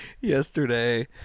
yesterday